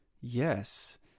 yes